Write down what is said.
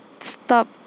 stop